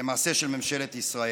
ולמעשה של ממשלת ישראל.